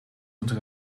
unter